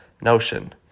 notion